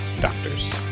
doctors